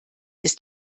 ist